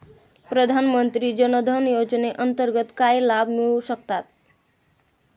प्रधानमंत्री जनधन योजनेअंतर्गत काय लाभ मिळू शकतात?